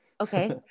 Okay